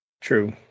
True